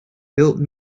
built